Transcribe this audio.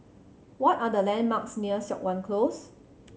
what are the landmarks near Siok Wan Close